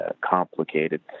complicated